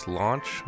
launch